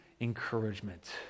encouragement